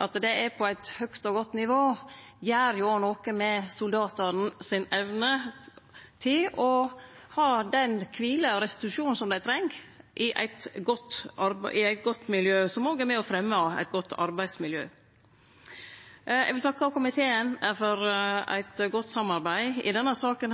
at det er på eit høgt og godt nivå, gjer jo noko med soldatane si evne til å få den kvila og restitusjonen dei treng, i eit godt miljø, som òg er med og fremjar eit godt arbeidsmiljø. Eg vil takke komiteen for eit godt samarbeid. I denne saka